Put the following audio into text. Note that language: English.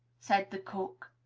said the cook.